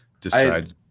decide